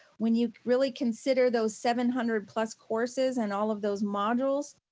when you really consider those seven hundred plus courses and all of those modules,